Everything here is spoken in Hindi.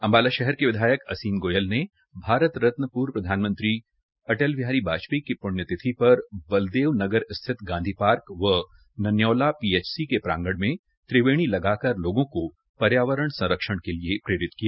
अम्बाला शहर के विधायक असीम गोयल ने भारत रत्न पूर्व प्रधानमंत्री अटल बिहारी वाजपेयी की प्ण्यतिथि पर बलदेव नगर स्थित गांधी पार्क व नन्यौला पीएचसी के प्रांगण में त्रिवेणी लगाकर लोगों को पर्यावरण संरक्षण के लिये प्रेरित किया